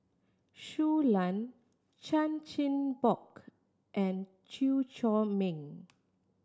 Shui Lan Chan Chin Bock and Chew Chor Meng